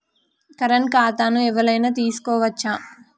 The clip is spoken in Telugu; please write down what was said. కరెంట్ ఖాతాను ఎవలైనా తీసుకోవచ్చా?